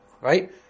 right